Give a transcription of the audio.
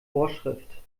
vorschrift